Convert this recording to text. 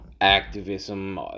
activism